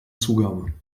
zugabe